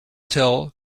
tell